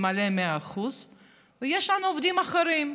זו הנחת אבן,